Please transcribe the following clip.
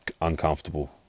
uncomfortable